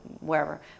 wherever